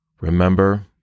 remember